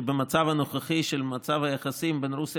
שבמצב הנוכחי של מצב היחסים בין רוסיה